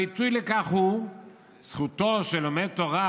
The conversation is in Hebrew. הביטוי לכך הוא שזכותו של לומד תורה